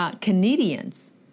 Canadians